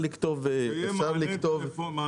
שיהיה מענה טלפוני.